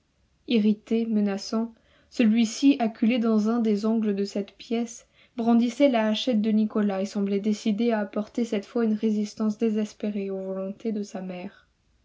irrité menaçant celui-ci acculé dans un des angles de cette pièce brandissait la hachette de nicolas et semblait décidé à apporter cette fois une résistance désespérée aux volontés de sa mère